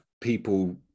people